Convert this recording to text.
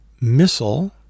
missile